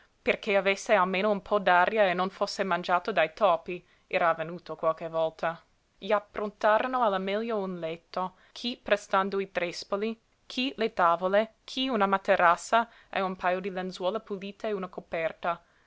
perché avesse almeno un po d'aria e non fosse mangiato dai topi era avvenuto qualche volta gli approntarono alla meglio un letto chi prestando i trespoli chi le tavole chi una materassa e un pajo di lenzuola pulite e una coperta